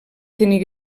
tenir